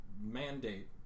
mandate